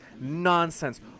nonsense